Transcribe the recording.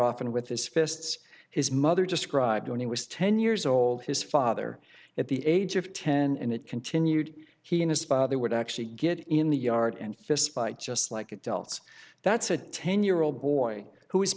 often with his fists his mother described when he was ten years old his father at the age of ten and it continued he and his father would actually get in the yard and fist fight just like adults that's a ten year old boy who is